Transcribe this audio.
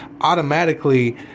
automatically